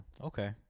Okay